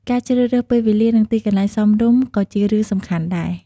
ការជ្រើសរើសពេលវេលា និងទីកន្លែងសមរម្យ ក៏ជារឿងសំខាន់ដែរ។